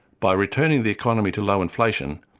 by returning the economy to low inflation,